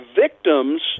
victims